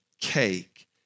cake